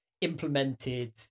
implemented